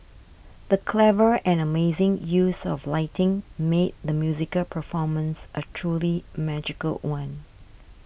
the clever and amazing use of lighting made the musical performance a truly magical one